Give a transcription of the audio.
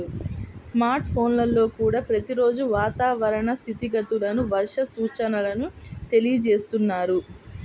smart ఫోన్లల్లో కూడా ప్రతి రోజూ వాతావరణ స్థితిగతులను, వర్ష సూచనల తెలియజేస్తున్నారు